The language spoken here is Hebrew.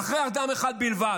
אחרי אדם אחד בלבד,